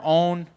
own